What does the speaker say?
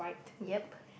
ya